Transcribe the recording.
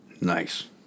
Nice